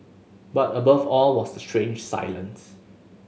but above all was the strange silence